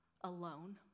alone